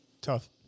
Tough